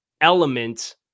element